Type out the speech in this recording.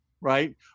right